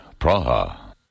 Praha